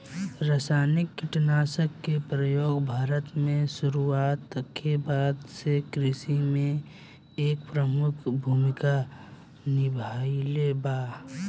रासायनिक कीटनाशक के प्रयोग भारत में शुरुआत के बाद से कृषि में एक प्रमुख भूमिका निभाइले बा